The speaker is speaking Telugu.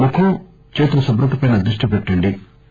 ముఖం చేతుల శుభ్రతపై దృష్టి పెట్టండి